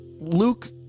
Luke